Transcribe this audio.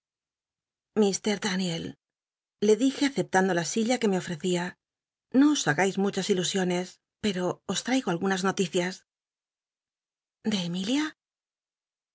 daniel le dije aceptando la silla que me ofrecía no os hagais muchas ilusiones pero os traigo algunas noticias de